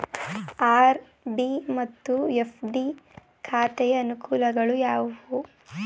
RD ಮತ್ತು FD ಖಾತೆಯ ಅನುಕೂಲಗಳು ಯಾವುವು?